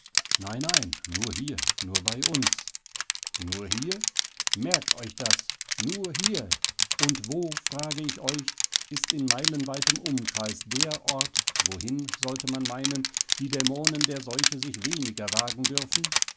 nein nein nur hier nur bei uns nur hier merkt euch das nur hier und wo frage ich euch ist in meilenweitem umkreis der ort wohin sollte man meinen die dämonen der seuche sich weniger wagen dürfen